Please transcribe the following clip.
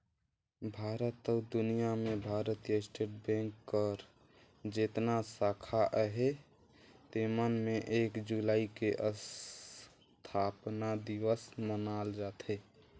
भारत अउ दुनियां में भारतीय स्टेट बेंक कर जेतना साखा अहे तेमन में एक जुलाई के असथापना दिवस मनाल जाथे